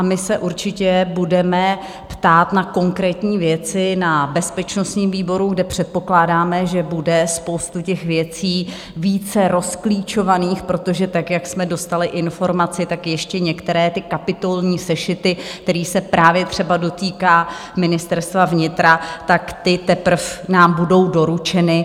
My se určitě budeme ptát na konkrétní věci na bezpečnostním výboru, kde předpokládáme, že bude spousta těch věcí více rozklíčovaných, protože jak jsme dostali informaci, ještě některé kapitolní sešity, které se právě třeba dotýkají Ministerstva vnitra, teprve nám budou doručeny.